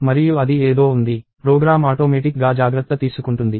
మరియు అది ఏదో ఉంది ప్రోగ్రామ్ ఆటోమేటిక్ గా జాగ్రత్త తీసుకుంటుంది